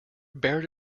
bared